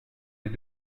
les